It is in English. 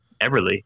Everly